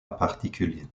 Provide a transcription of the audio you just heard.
particulier